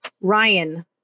Ryan